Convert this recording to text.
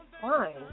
fine